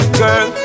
girl